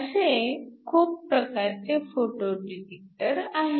असे खूप प्रकारचे फोटो डिटेक्टर आहेत